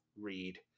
read